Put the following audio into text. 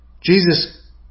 Jesus